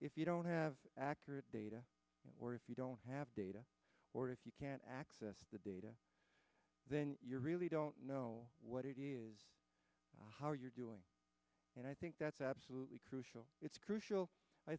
if you don't have accurate data or if you don't have data or if you can't access the data then you really don't know what it is how you're doing and i think that's absolutely crucial it's crucial i